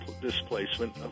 displacement